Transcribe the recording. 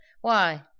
Why